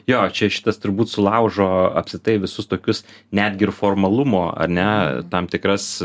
jo čia šitas turbūt sulaužo apskritai visus tokius netgi formalumo ar ne tam tikras